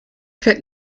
fährt